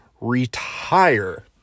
retire